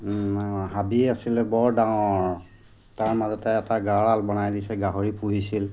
হাবি আছিলে বৰ ডাঙৰ তাৰ মাজতে এটা গঁৰাল বনাই দিছে গাহৰি পুহিছিল